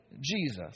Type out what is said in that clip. Jesus